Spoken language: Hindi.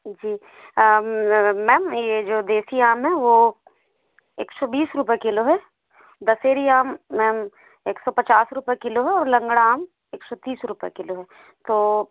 जी मैम यह जो देसी आम है वो एक सौ बीस रूपये किलो है दशहरी आम मैम एक सौ पचास रूपये किलो है और लंगड़ा आम एक सौ तीस रूपये किलो है तो